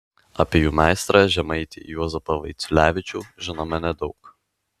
apie jų meistrą žemaitį juozapą vaiciulevičių žinome nedaug